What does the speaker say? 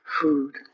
food